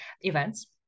events